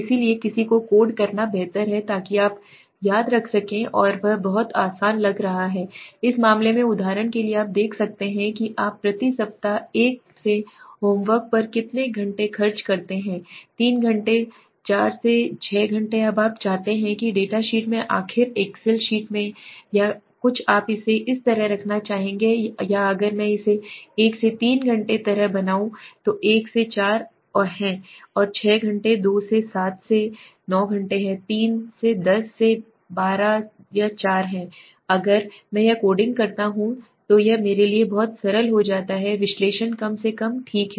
इसलिए किसी को कोड करना बेहतर है ताकि आप याद रख सकें और यह बहुत आसान लग रहा है इस मामले में उदाहरण के लिए आप देखते हैं कि आप प्रति सप्ताह 1 से होमवर्क पर कितने घंटे खर्च करते हैं 3 घंटे 4 से 6 घंटे अब आप चाहते हैं कि डेटा शीट में आखिर एक्सेल शीट में या कुछ आप इसे इस तरह रखना चाहेंगे या अगर मैं इसे 1 से 3 घंटे की तरह बनाऊं तो 1 से 4 है 6 घंटे 2 7 से 9 घंटे है 3 10 से 12 4 है अगर मैं यह कोडिंग करता हूं तो यह मेरे लिए बहुत सरल हो जाता है विश्लेषण कम से कम ठीक है